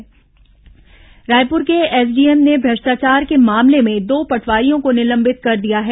पटवारी निलंबित रायपुर के एसडीएम ने भ्रष्टाचार के मामले में दो पटवारियों को निलंबित कर दिया है